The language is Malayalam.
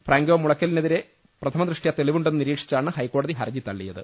ഫ്രാങ്കോ മുളയ്ക്കലിനെതിരെ പ്രഥമദൃഷ്ട്യാ തെളിവുണ്ടെന്ന് നിരീക്ഷിച്ചാണ് ഹൈക്കോടതി ഹർജി തള്ളിയത്